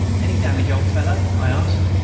any damage, old fellow? i asked.